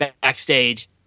backstage